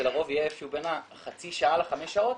זה לרוב יהיה בין החצי שעה לחמש שעות,